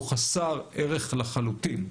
הוא חסר ערך לחלוטין.